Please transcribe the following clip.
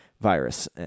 virus